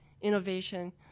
innovation